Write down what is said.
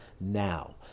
now